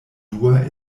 dua